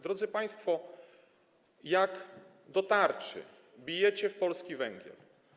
Drodzy państwo, jak do tarczy bijecie w polski węgiel.